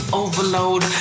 overload